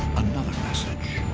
another message.